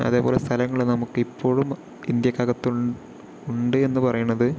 അതേപോലെ സ്ഥലങ്ങളും നമുക്കിപ്പോഴും ഇന്ത്യക്കകത്ത് ഉണ്ട് എന്ന് പറയണത്